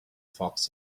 fox